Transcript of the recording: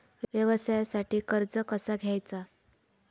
व्यवसायासाठी कर्ज कसा घ्यायचा?